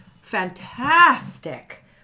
Fantastic